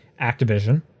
Activision